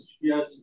Yes